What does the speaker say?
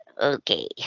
Okay